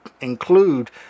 include